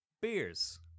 beers